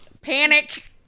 Panic